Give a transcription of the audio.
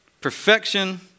Perfection